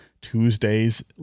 Tuesday's